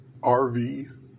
RV